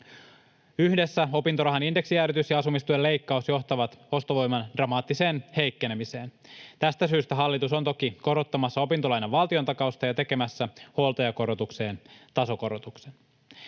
Yhdessä opintorahan indeksijäädytys ja asumistuen leikkaus johtavat ostovoiman dramaattiseen heikkenemiseen. Tästä syystä hallitus on toki korottamassa opintolainan valtiontakausta ja tekemässä huoltajakorotukseen tasokorotuksen.